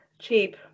cheap